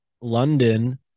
London